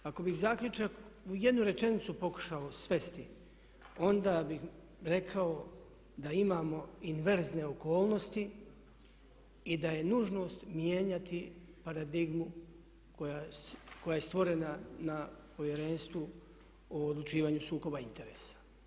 Ako bi zaključak u jednu rečenicu pokušao svesti onda bih rekao da imamo inverzne okolnosti i da je nužnost mijenjati paradigmu koja je stvorena na Povjerenstvu o odlučivanju sukoba interesa.